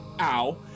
ow